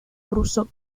ruso